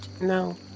No